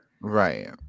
Right